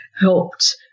helped